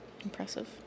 Impressive